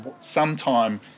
sometime